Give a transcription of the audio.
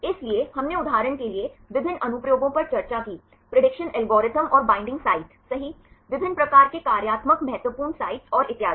इसलिए हमने उदाहरण के लिए विभिन्न अनुप्रयोगों पर चर्चा की प्रेडिक्शन एल्गोरिदम और बॉन्डिंग साइटें सही विभिन्न प्रकार के कार्यात्मक महत्वपूर्ण साइटें और इतियादी